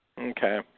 Okay